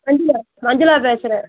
மஞ்சுளா மஞ்சுளா பேசுகிறேன்